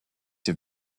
have